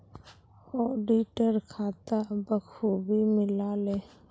auditor खाता बखूबी मिला ले